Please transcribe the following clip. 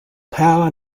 power